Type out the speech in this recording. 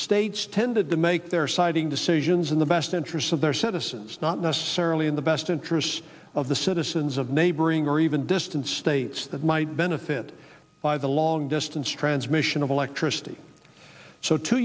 states tended to make their citing decisions in the best interests of their citizens not necessarily in the best interests of the citizens of neighboring or even distant states that might benefit by the long distance transmission of electricity so two